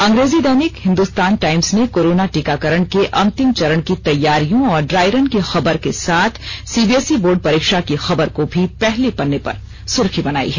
अंग्रेजी दैनिक हिन्दुस्तान टाईम्स ने कोरोना टीकाकरण के अंतिम चरण की तैयारियों और ड्राइरन की खबर के साथ सीबीएसई बोर्ड परीक्षा की खबर को भी पहली पन्ने पर सुर्खी बनाई है